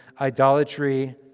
idolatry